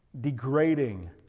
degrading